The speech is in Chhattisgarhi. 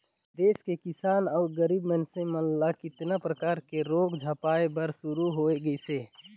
देस के किसान अउ गरीब मइनसे मन ल केतना परकर के रोग झपाए बर शुरू होय गइसे